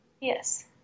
Yes